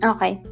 Okay